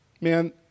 Man